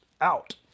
out